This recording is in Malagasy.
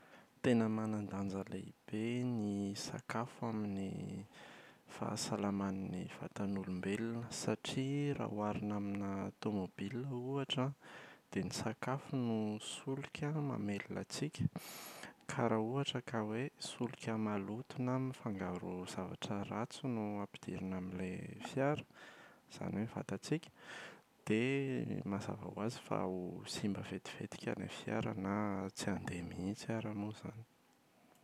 Tena manan-danja lehibe ny sakafo amin’ny fahasalaman’ny vatan’olombelona satria raha oharina aminà tomobilina ohatra dia ny sakafo no solika mamelona antsika ka raha ohatra ka hoe solika maloto na mifangaro zavatra ratsy no ampidirina amin’ilay fiara izany hoe ny vatantsika dia mazava ho azy fa ho simba vetivetika ilay fiara na tsy handeha mihitsy ary moa izany.